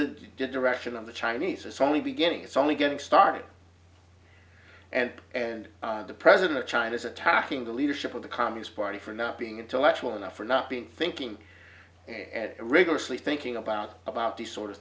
the direction of the chinese it's only beginning it's only getting started and and the president of china is attacking the leadership of the communist party for not being intellectual enough for not being thinking rigorously thinking about about